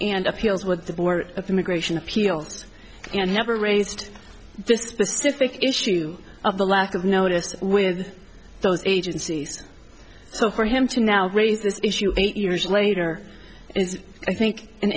and appeals with the board of immigration appeals and never raised the specific issue of the lack of notice with those agencies so for him to now raise this issue eight years later is i think an